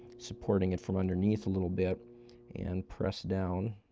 supporting it from underneath a little bit and press down,